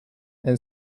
and